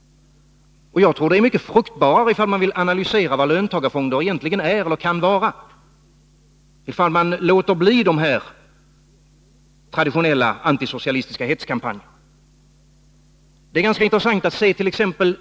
Om man verkligen vill analysera vad löntagarfonder egentligen är och kan vara, tror jag det är fruktbarare att låta bli de antisocialistiska hetskampanjerna. Det är ganska intressant att se på hurt.ex.